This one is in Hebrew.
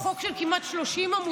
הוא חוק של כמעט 30 עמודים.